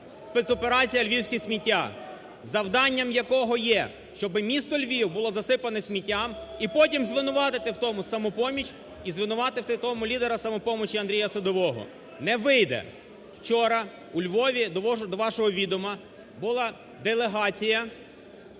спецоперація "Львівське сміття", завданням якого є, щоби місто Львів було засипане сміттям і потім звинуватити в тому "Самопоміч" і звинуватити в тому лідера "Самопомочі" Андрія Садового. Не вийде! Вчора у Львові, довожу до вашого відома, була делегація